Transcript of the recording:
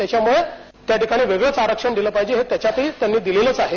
त्याच्यामुळे त्याठिकाणी वेगळच आरक्षण दिलं पाहिजे त्याच्यातही त्यांनी दिलच आहे